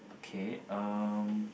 okay um